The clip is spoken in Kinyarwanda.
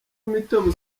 imitobe